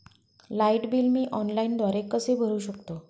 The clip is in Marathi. लाईट बिल मी ऑनलाईनद्वारे कसे भरु शकतो?